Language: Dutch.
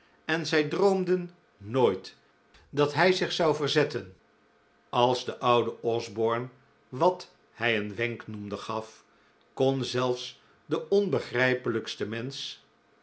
en zij droomden nooit dat hij zich zou verzetten als de oude osborne wat hij een wenk noemde gaf kon zelfs de onbegrijpelijkste mensch